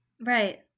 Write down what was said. Right